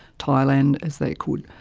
thailand as they could.